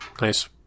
Nice